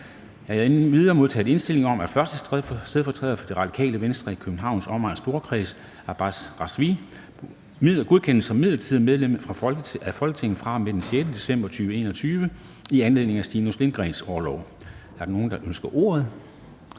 Jeg har endvidere modtaget indstilling om, at 1. stedfortræder for Radikale Venstre i Københavns Omegns Storkreds, Abbas Razvi, godkendes som midlertidigt medlem af Folketinget fra og med den 6. december 2021 i anledning af Stinus Lindgreens orlov. Er der nogen, der ønsker ordet?